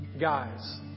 guys